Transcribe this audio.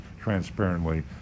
transparently